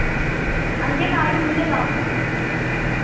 انڈے کا آئٹم مِلے گا آپ کو